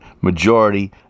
majority